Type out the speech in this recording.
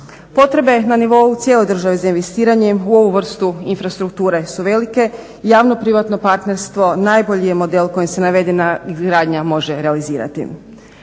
Potrebe na nivou u cijeloj državi za investiranjem u ovu vrstu infrastrukture su velike. Javno-privatno partnerstvo najbolji je model kojim se navedena gradnja može realizirati.